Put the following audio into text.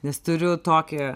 nes turiu tokį